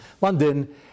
London